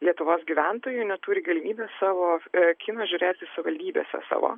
lietuvos gyventojų neturi galimybės savo kino žiūrėti savivaldybėse savo